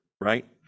right